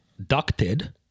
ducted